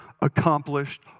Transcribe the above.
accomplished